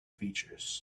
features